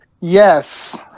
Yes